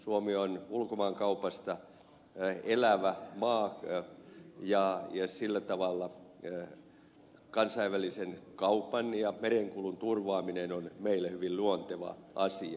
suomi on ulkomaankaupasta elävä maa ja sillä tavalla kansainvälisen kaupan ja merenkulun turvaaminen on meille hyvin luonteva asia